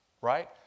Right